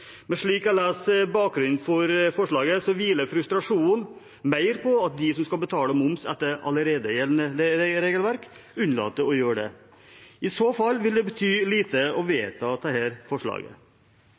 Men slik jeg leser bakgrunnen for forslaget, hviler frustrasjonen mer på at de som skal betale moms etter allerede gjeldende regelverk, unnlater å gjøre det. I så fall vil det bety lite å